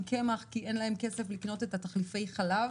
קמח כי אין להן כסף לקנות תחליפי חלב.